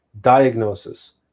diagnosis